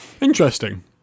Interesting